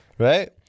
right